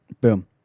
boom